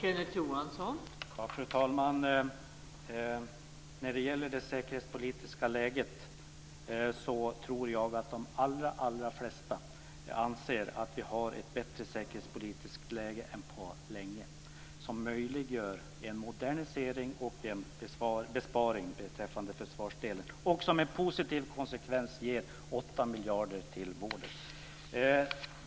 Fru talman! Jag tror att de allra flesta anser att vi nu har ett bättre säkerhetspolitiskt läge än på länge. Det möjliggör en modernisering och en besparing i försvarsdelen. En positiv konsekvens är också att vården får 8 miljarder.